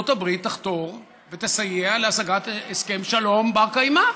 הברית תחתור ותסייע להשגת הסכם שלום בר-קיימא.